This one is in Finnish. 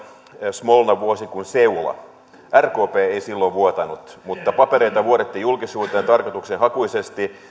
smolna vuosi kuin seula rkp ei silloin vuotanut mutta papereita vuodettiin julkisuuteen tarkoituksenhakuisesti